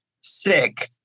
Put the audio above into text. sick